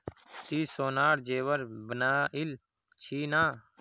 ती सोनार जेवर बनइल छि न